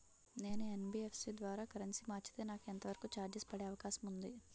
నేను యన్.బి.ఎఫ్.సి ద్వారా కరెన్సీ మార్చితే నాకు ఎంత వరకు చార్జెస్ పడే అవకాశం ఉంది?